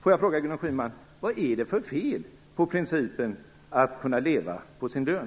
Får jag fråga Gudrun Schyman: Vad är det för fel på principen att man skall kunna leva på sin lön?